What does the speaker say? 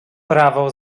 prawo